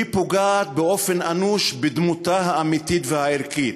היא פוגעת באופן אנוש בדמותה האמיתית והערכית.